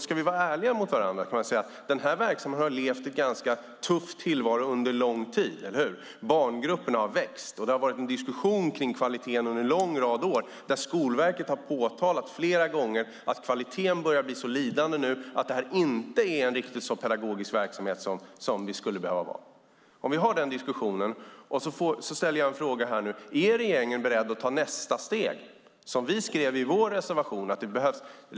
Ska vi vara ärliga mot varandra kan man säga att den här verksamheten har haft en ganska tuff tillvaro under en lång tid - eller hur? Barngrupperna har vuxit, och det har varit en diskussion kring kvaliteten under en lång rad av år. Skolverket har påtalat flera gånger att kvaliteten nu börjar bli lidande. Verksamheten är inte riktigt så pedagogisk som den skulle behöva vara. Vi har den diskussionen, och då ställer jag en fråga nu: Är regeringen beredd att ta nästa steg? Som vi skrev i vår reservation behövs det.